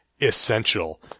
essential